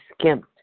skimped